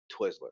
Twizzler